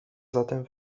zatem